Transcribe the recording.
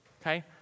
Okay